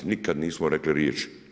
Nikad nismo rekli riječi.